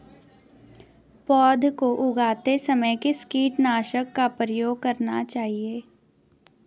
पौध को उगाते समय किस कीटनाशक का प्रयोग करना चाहिये?